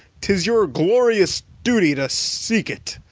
tis your glorious duty to seek it!